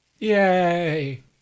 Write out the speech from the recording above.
Yay